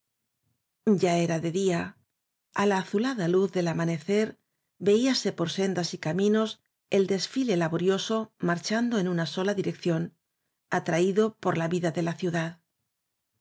ya era de día a la azulada luz del amane cer veíase por sendas y caminos el desfile lala barraca ioj borioso marchando en una sola dirección atraí do por la vida de la ciudad